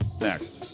Next